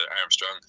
Armstrong